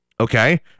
Okay